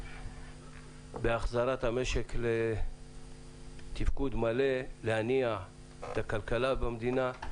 בהחזרת המשק לתפקוד מלא, להניע את הכלכלה במדינה.